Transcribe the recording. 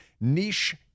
niche